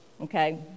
okay